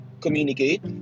communicate